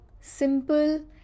simple